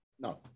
No